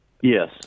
Yes